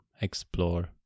explore